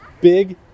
big